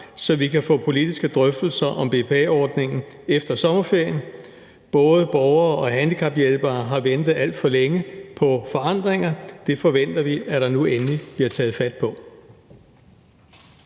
så vi kan få politiske drøftelser om BPA-ordningen efter sommerferien. Både borgere og handicaphjælpere har ventet alt for længe på forandringer, og det forventer vi at der nu endelig bliver taget fat på.